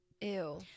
Ew